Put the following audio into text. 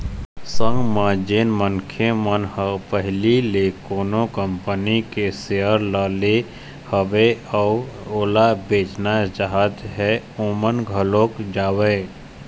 संग म जेन मनखे मन ह पहिली ले कोनो कंपनी के सेयर ल ले हवय अउ ओला बेचना चाहत हें ओमन घलोक जावँय